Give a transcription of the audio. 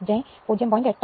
5 j 0